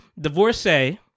Divorcee